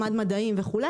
מדעים וכו',